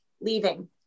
leaving